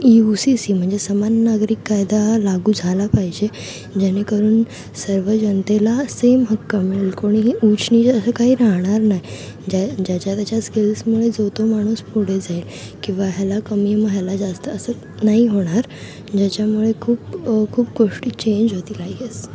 you C C म्हणजे समान नागरी कायदा लागू झाला पाहिजे जेणेकरून सर्व जनतेला सेम हक्क मिळेल कोणीही उचनीच असं काही राहणार नाही ज्या ज्याच्या त्याच्या स्किल्समुळे जो तो माणूस पुढे जाईल किंवा ह्याला कमी मग ह्याला जास्त असं नाही होणार ज्याच्यामुळे खूप खूप गोष्टी चेंज होतील आय गेस